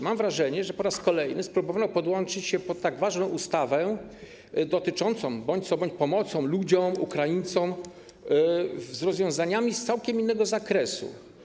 Mam wrażenie, że po raz kolejny spróbowano podłączyć pod tak ważną ustawę, dotyczącą bądź co bądź pomocy ludziom, Ukraińcom, rozwiązania z całkiem innego zakresu.